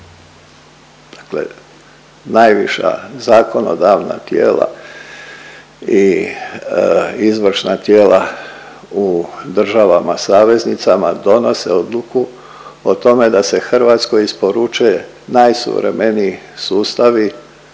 dakle najviša zakonodavna tijela i izvršna tijela u državama saveznicama donose odluku o tome da se Hrvatskoj isporuče najsuvremeniji sustavi,